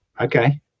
Okay